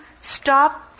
stop